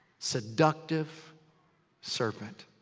seductive serpent.